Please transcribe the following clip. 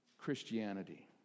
Christianity